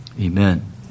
Amen